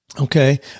Okay